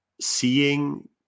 seeing